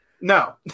No